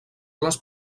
les